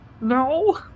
no